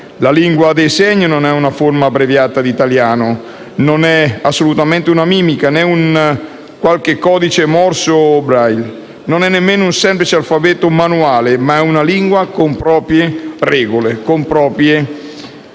La lingua dei segni non è una forma abbreviata di italiano, non è assolutamente una mimica né un qualche codice Morse o Braille. Non è nemmeno un semplice alfabeto manuale, ma una lingua con proprie regole, con proprie